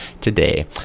today